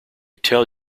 tell